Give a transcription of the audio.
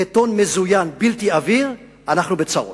בטון מזוין בלתי עביר, אנחנו בצרות.